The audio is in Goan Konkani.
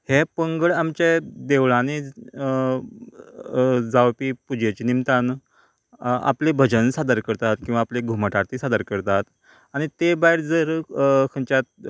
हे पंगड आमचे देवळांनी जावपी पुजेचे निमतान आपलें भजन सादर करतात किंवां आपली घुमट आरती सादर करतात आनी तें भायर जर खंयच्या